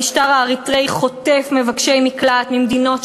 המשטר האריתריאי חוטף מבקשי מקלט ממדינות שכנות,